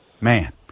Man